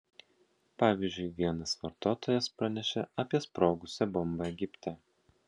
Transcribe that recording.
pavyzdžiui vienas vartotojas pranešė apie sprogusią bombą egipte